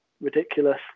ridiculous